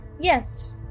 Yes